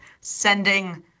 sending